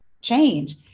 change